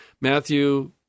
Matthew